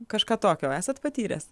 kažką tokio esat patyręs